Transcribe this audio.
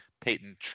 Peyton